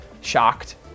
shocked